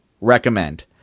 recommend